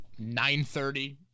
9.30